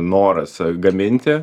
noras gaminti